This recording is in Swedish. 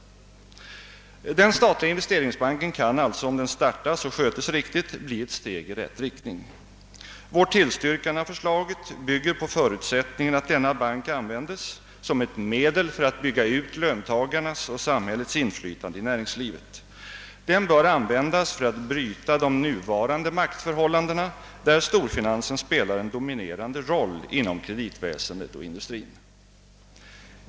alltså, om den skötes riktigt, bli ett steg i rätt riktning. Vår tillstyrkan av förslaget bygger på förutsättningen att banken användes som ett medel att bygga ut löntagarnas och samhällets inflytande i näringslivet. Den bör användas för att bryta de nuvarande maktförhållandena, där storfinansen spelar en dominerande roll inom kreditväsendet och industrin.